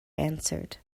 answered